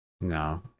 No